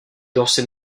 dansez